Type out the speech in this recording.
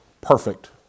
perfect